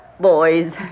Boys